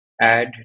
add